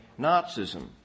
Nazism